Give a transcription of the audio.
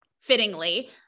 fittingly